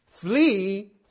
Flee